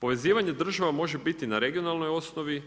Povezivanje država može biti na regionalnoj osnovi,